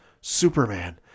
Superman